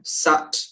sat